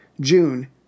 June